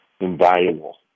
invaluable